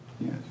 yes